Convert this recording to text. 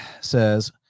says